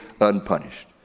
unpunished